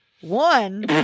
One